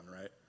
right